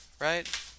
right